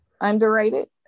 underrated